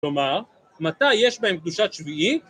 ‫כלומר, מתי יש בהם קדושת שביעי?